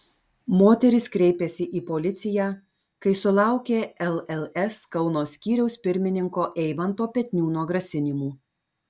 moteris kreipėsi į policiją kai sulaukė lls kauno skyriaus pirmininko eimanto petniūno grasinimų